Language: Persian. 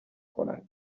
کنند